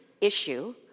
issue